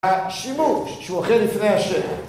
שימעו, שמוחים לפני השם